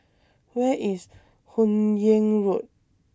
Where IS Hun Yeang Road